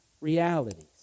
realities